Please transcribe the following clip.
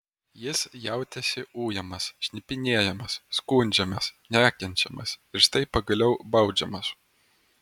jis jautėsi ujamas šnipinėjamas skundžiamas nekenčiamas ir štai pagaliau baudžiamas